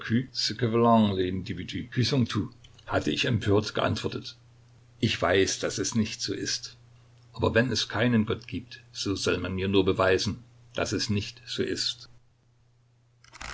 hatte ich empört geantwortet ich weiß daß es nicht so ist aber wenn es keinen gott gibt so soll man mir nur beweisen daß es nicht so ist